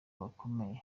bakomeye